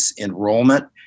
enrollment